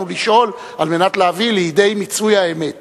לא יכולה שלא לבוא לידי ביטוי במחירי העגבניות